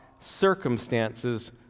circumstances